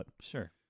Sure